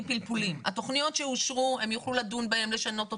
פלפולים: התכניות שאושרו יוכלו לשנות אותם,